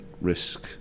risk